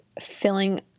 filling